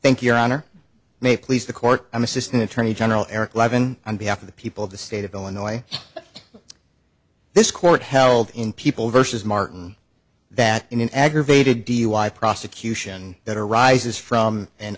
thank your honor may please the court i'm assistant attorney general eric liven on behalf of the people of the state of illinois this court held in people versus martin that in an aggravated dui prosecution that arises from an